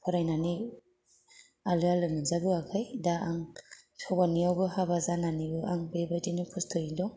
फरायनानै आलो आलो मोनजाबोआखै दा आं हौवानिआवबो हाबा जानानैबो आं बेबायदिनो खस्थ'यै दं